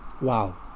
Wow